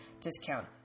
discount